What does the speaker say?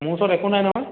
মোৰ ওচৰত একো নাই নহয়